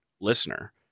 listener